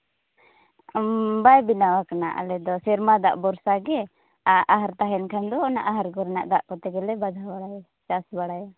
ᱵᱟᱭ ᱵᱮᱱᱟᱣ ᱟᱠᱟᱱᱟ ᱟᱞᱮ ᱫᱚ ᱥᱮᱨᱢᱟ ᱫᱟᱜ ᱵᱷᱚᱨᱥᱟ ᱜᱮ ᱚᱱᱟ ᱟᱦᱟᱨ ᱛᱟᱦᱮᱱ ᱠᱷᱟᱱ ᱫᱚ ᱚᱱᱟ ᱟᱦᱟᱨ ᱠᱚᱨᱮᱱᱟᱜ ᱫᱟᱜ ᱠᱚᱛᱮ ᱜᱮᱞᱮ ᱵᱟᱫᱷᱟᱣ ᱵᱟᱲᱟᱭᱟ ᱪᱟᱥ ᱵᱟᱲᱟᱭᱟ